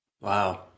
Wow